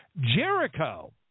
Jericho